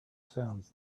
sounds